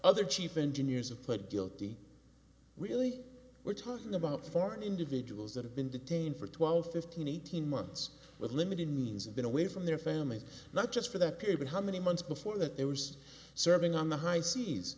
other chief engineers have put guilty really we're talking about foreign individuals that have been detained for twelve fifteen eighteen months with limited means and been away from their families not just for that pay but how many months before that there's serving on the high seas